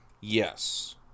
Yes